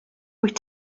wyt